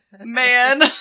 man